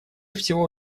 всего